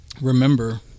remember